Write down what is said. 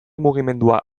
mugimendua